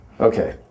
Okay